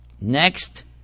Next